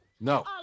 No